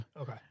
Okay